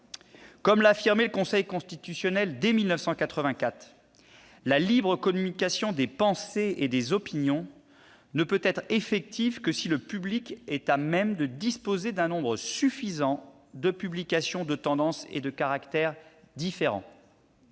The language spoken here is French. Comme l'a affirmé le Conseil constitutionnel dès 1984, la libre communication des pensées et des opinions ne peut être effective que si le public est à même de disposer d'un nombre suffisant de publications de tendances et de caractères différents.